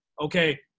Okay